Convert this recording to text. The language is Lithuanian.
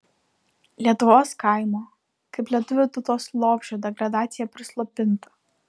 lietuvos kaimo kaip lietuvių tautos lopšio degradacija prislopinta